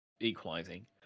equalizing